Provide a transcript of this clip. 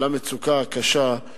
למשך שנה על-ידי השר.